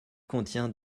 contient